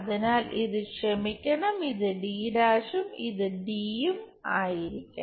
അതിനാൽ ഇത് ക്ഷമിക്കണം ഇത് d' ഉം ഇത് യും ആയിരിക്കണം